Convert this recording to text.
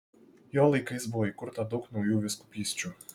jo laikais buvo įkurta daug naujų vyskupysčių